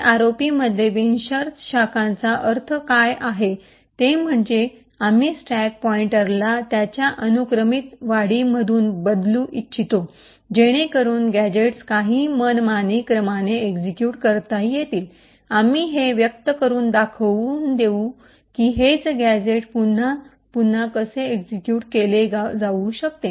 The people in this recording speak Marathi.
तर आरओपीमध्ये बिनशर्त शाखांचा अर्थ काय आहे ते म्हणजे आम्ही स्टॅक पॉइंटरला त्याच्या अनुक्रमिक वाढीमधून बदलू इच्छितो जेणेकरुन गॅझेट्स काही मनमानी क्रमाने एक्सिक्यूट करता येतील आम्ही हे व्यक्त करून दाखवून देऊ की हेच गॅझेट पुन्हा पुन्हा कसे एक्सिक्यूट केले जाऊ शकते